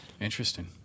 Interesting